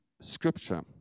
scripture